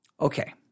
Okay